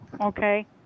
okay